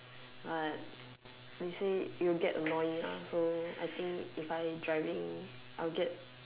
alright you say it will get annoying lah so I think if I driving I will get